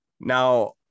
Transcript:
Now